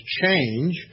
change